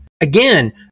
Again